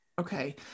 Okay